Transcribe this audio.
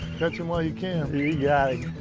catch em while you can. you've got it.